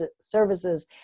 services